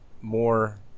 more